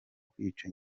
kwica